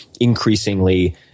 increasingly